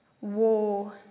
war